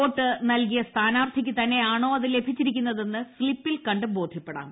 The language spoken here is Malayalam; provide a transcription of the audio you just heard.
വോട്ട് നൽകിയ സ്ഥാനാർത്ഥിക്കു തന്നെയാണോ അത് ലഭിച്ചിരിക്കുന്നതെന്ന് സ്ലിപ്പിൽ ക്ട് പ് ബോധ്യപ്പെടാം